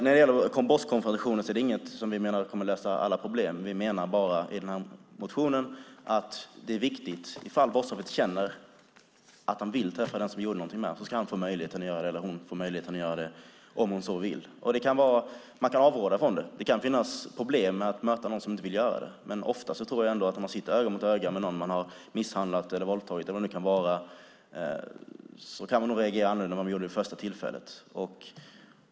Vi menar inte att konfrontationer kommer att lösa alla problem, men i den här motionen menar vi att det är viktigt att brottsoffret ska få möjlighet att göra det om han eller hon känner att man vill träffa den som gjorde det. Man kan avråda från det. Det kan finnas problem med att möta någon som inte vill göra det. Men jag tror att om man sitter öga mot öga med någon som man har misshandlat eller våldtagit kan man nog ofta reagera annorlunda än man gjorde vid det första tillfället.